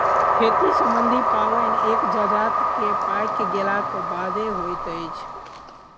खेती सम्बन्धी पाबैन एक जजातिक पाकि गेलाक बादे होइत अछि